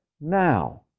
now